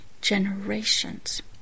generations